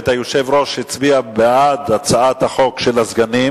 היושב-ראש הצביע בעד הצעת החוק של הסגנים